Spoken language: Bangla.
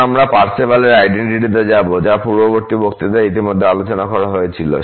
এখন আমরা পারসেভালের আইডেন্টিটি তে যাব যা পূর্ববর্তী বক্তৃতায় ইতিমধ্যে আলোচনা করা হয়েছিল